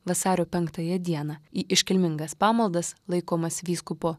vasario penktąją dieną į iškilmingas pamaldas laikomas vyskupo